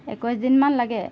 একৈছ দিনমান লাগে